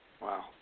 wow